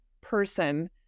person